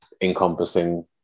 encompassing